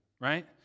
Right